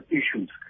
issues